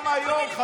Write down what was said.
גם היום,